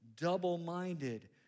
Double-minded